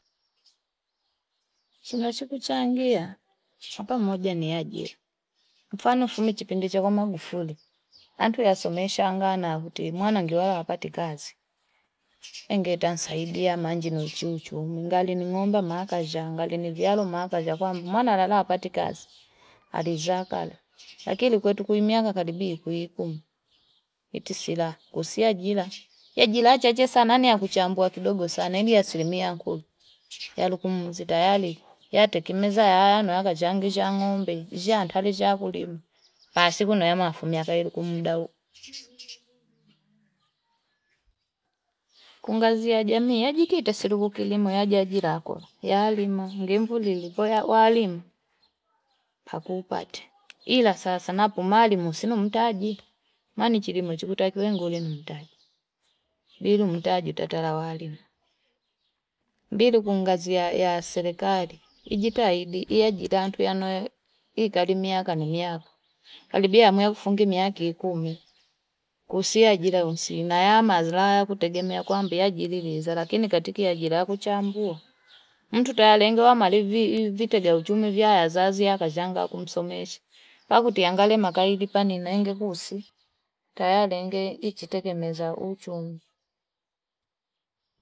Sina chuku changia, hapa mwabia ni ajia. Mfano fumi chipindi chakoma ngufuli. Antu ya sumesha angana huti. Mwana ngiwala wapati kazi. Ngeita nsaidia manji na uchuchu. Umingali ni ngomba makaja. Umingali ni gyalo makaja. Kwa mwana lala wapati kazi. Arizakale. Lakili kwetu kuimia kakalibi kuikumu. Itisila kusia jila. Ya jila achache sana ni akuchambua kidogo sana. Yani asilimia ankulu yalukumuzi tayari yatekimeza yaana yakachangisha ng'ombe njaa twati shakulima basi kunemafumia ku mda huu, kungazi ya jamii yajikita sikukilimo yaja ajira hakuna yaalima nimvulile kwahiyo yalima paka upate ila sasa napo malimu sina mtaji mani chilimo chikulitakiwe ngole ni mtaji, lilu mtaji utatara waalimu. Mbili kungazi ya serikali ijitahidi iyajira tuwanu ikai miyaka na miyaka karibia ifunge miaka ikumi usiajira usi na mazira aya kutegemea kwamba jaririza lakini katika ajira kuchambua mtu tayari lenga maliviwii vitega uchumi vya wazazi yakazanga kumsomesha pakutia angale makaili paninenge kusi tayari ijitegemeza uchumi.